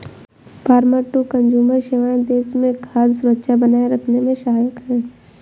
farmer to consumer सेवाएं देश में खाद्य सुरक्षा बनाए रखने में सहायक है